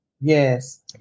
Yes